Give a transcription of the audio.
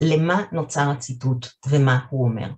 למה נוצרת הציטוט? ומה הוא אומר?